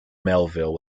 melville